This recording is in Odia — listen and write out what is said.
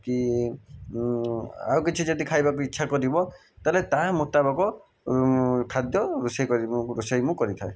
କି ଆଉ କିଛି ଯଦି ଖାଇବାକୁ ଇଚ୍ଛା କରିବ ତାହେଲେ ତା ମୁତାବକ ଖାଦ୍ୟ ରୋଷେଇ କରି ରୋଷେଇ ମୁଁ କରିଥାଏ